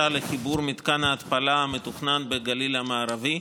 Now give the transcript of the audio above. לחיבור מתקן ההתפלה המתוכנן בגליל המערבי.